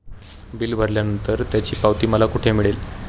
Bill भरल्यानंतर त्याची पावती मला कुठे मिळेल?